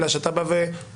אלא שאתה בא ואוסף